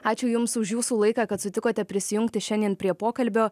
ačiū jums už jūsų laiką kad sutikote prisijungti šiandien prie pokalbio